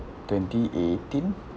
twenty eighteen